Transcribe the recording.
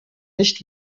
nicht